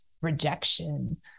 rejection